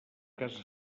casa